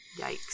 yikes